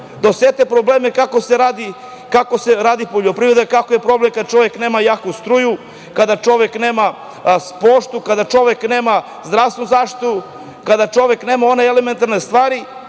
osete probleme kako se radi poljoprivreda, kako je problem kada čovek nema jaku struju, kada čovek nema poštu, kada čovek nema zdravstvenu zaštitu, kada čovek nema one elementarne stvari,